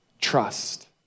trust